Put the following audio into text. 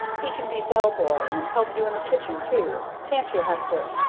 he can be bell boy and help you in the kitchen, too. can't you, hector?